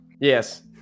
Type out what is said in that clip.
Yes